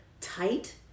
tight